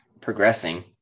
progressing